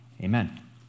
Amen